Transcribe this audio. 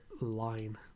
line